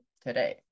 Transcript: today